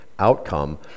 outcome